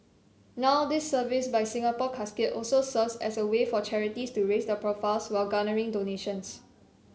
now this service by Singapore Casket also serves as a way for charities to raise their profiles while garnering donations